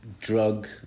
drug